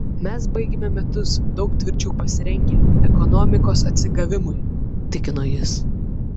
mes baigiame metus daug tvirčiau pasirengę ekonomikos atsigavimui tikino jis